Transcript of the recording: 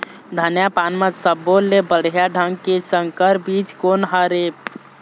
धनिया पान म सब्बो ले बढ़िया ढंग के संकर बीज कोन हर ऐप?